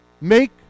make